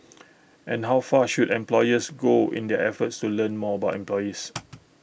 and how far should employers go in their efforts to learn more about employees